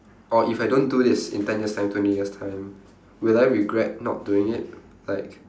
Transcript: or if I don't do this in ten years' time twenty years' time will I regret not doing it like